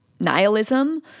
nihilism